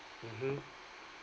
mmhmm